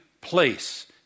place